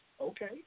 okay